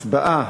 הצבעה.